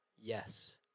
Yes